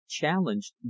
challenged